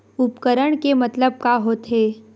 उपकरण के मतलब का होथे?